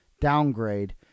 downgrade